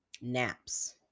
Naps